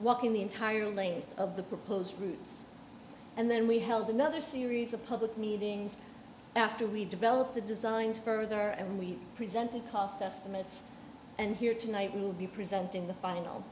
walking the entire length of the proposed routes and then we held another series of public meetings after we developed the designs further and we presented cost estimates and here tonight we will be presenting the final